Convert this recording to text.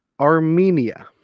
Armenia